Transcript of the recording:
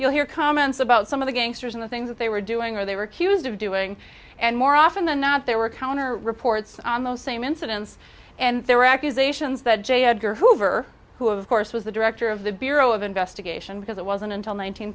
you hear comments about some of the gangsters and the things that they were doing or they were accused of doing and more often than not they were counterparts on those same incidents and there were accusations that j edgar hoover who of course was the director of the bureau of investigation because it wasn't until